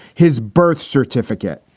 his birth certificate.